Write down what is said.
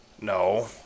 No